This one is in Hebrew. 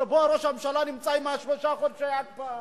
שבו ראש הממשלה נמצא עם שלושה חודשי ההקפאה.